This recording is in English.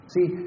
See